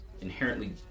inherently